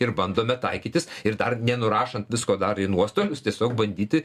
ir bandome taikytis ir dar nenurašant visko dar į nuostolius tiesiog bandyti